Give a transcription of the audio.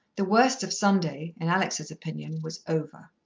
the worst of sunday, in alex's opinion, was over.